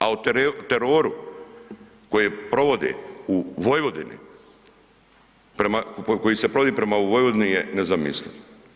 A o teroru koji provodi u Vojvodini, koji se provodi prema u Vojvodini je nezamisliv.